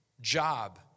job